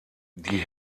die